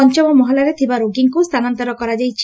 ପଞ୍ଚମ ମହଲାରେ ଥିବା ରୋଗୀଙ୍କୁ ସ୍ଥାନାନ୍ତର କରାଯାଇଛି